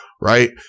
right